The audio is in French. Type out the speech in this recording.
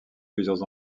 plusieurs